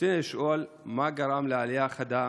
רצוני לשאול: 1. מה גרם לעלייה החדה